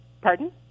Pardon